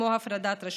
כמו הפרדת רשויות.